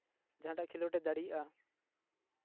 ᱡᱟᱦᱟᱸᱴᱟᱜ ᱠᱷᱮᱞᱳᱰᱼᱮ ᱫᱟᱲᱮᱜᱼᱟ